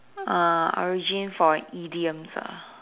ah origin for idioms ah